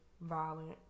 violent